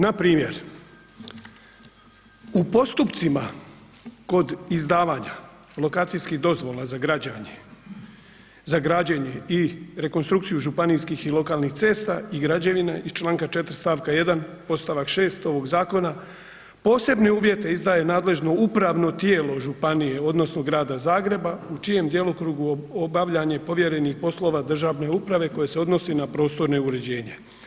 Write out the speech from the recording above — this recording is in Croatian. Npr. u postupcima kod izdavanja lokacijskih dozvola za građenje i rekonstrukciju županijskih i lokalnih cesta i građevina iz članka 4. stavka 1. podstavak 6. ovog Zakona posebne uvjete izdaje nadležno upravno tijelo županije odnosno Grada Zagreba u čijem djelokrugu obavljanje povjerenih poslova državne uprave koje se odnosi na prostorno uređenje.